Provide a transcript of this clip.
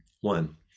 One